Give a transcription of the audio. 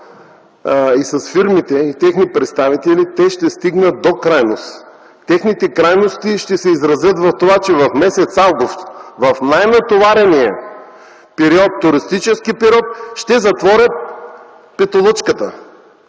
и с фирмите, и техни представители: те ще стигнат до крайност. Техните крайности ще се изразят в това, че през м. август, в най-натоварения туристически период, ще затворят Петолъчката.